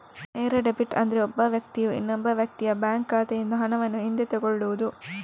ನೇರ ಡೆಬಿಟ್ ಅಂದ್ರೆ ಒಬ್ಬ ವ್ಯಕ್ತಿಯು ಇನ್ನೊಬ್ಬ ವ್ಯಕ್ತಿಯ ಬ್ಯಾಂಕ್ ಖಾತೆಯಿಂದ ಹಣವನ್ನು ಹಿಂದೆ ತಗೊಳ್ಳುದು